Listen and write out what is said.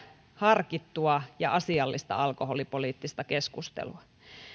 harkittua ja asiallista alkoholipoliittista keskustelua